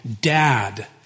Dad